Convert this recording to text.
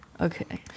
Okay